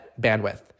bandwidth